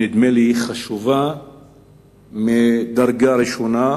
שנדמה לי שהיא חשובה ממדרגה ראשונה,